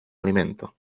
alimento